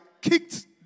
kicked